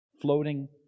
floating